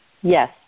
Yes